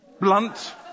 Blunt